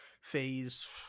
phase